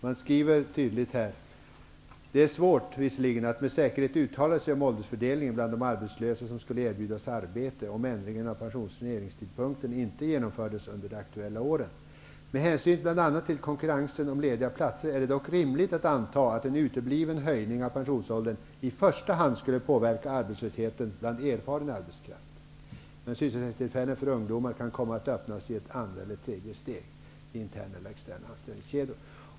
Man skriver så här: Det är svårt att med säkerhet uttala sig om åldersfördelningen bland de arbetslösa som skulle erbjudas arbete om ändringen av pensioneringstidpunkten inte genomfördes under de aktuella åren. Med hänsyn bl.a. till konkurrensen om lediga platser är det dock rimligt att anta att en utebliven höjning av pensionsåldern i första hand skulle påverka arbetslösheten bland erfaren arbetskraft. Men sysselsättningstillfällen för ungdomar kan komma att öppnas i ett andra eller tredje steg i interna eller externa anställningskedjor.